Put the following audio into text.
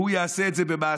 שהוא יעשה את זה במעשים.